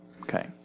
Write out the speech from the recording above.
Okay